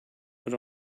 put